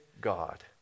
God